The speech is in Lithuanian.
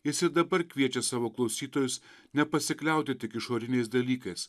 jis ir dabar kviečia savo klausytojus nepasikliauti tik išoriniais dalykais